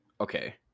Okay